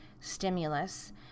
stimulus